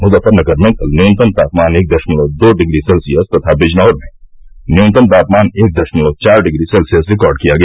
मुजफ्फरनगर में कल न्यूनतम तापमान एक दशमलव दो डिग्री सेल्सियस तथा बिजनौर में न्यूनतम तापमान एक दशमलव चार डिग्री सेल्सियस रिकार्ड किया गया